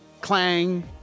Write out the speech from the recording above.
clang